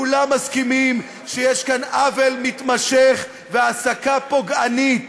כולם מסכימים שיש כאן עוול מתמשך והעסקה פוגענית.